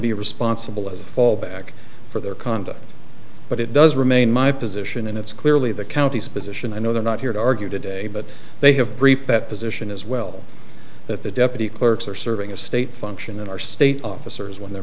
be responsible as a fallback for their conduct but it does remain my position and it's clearly the county's position i know they're not here to argue today but they have briefed that position as well that the deputy clerks are serving a state function and our state officers when they're